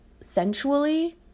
sensually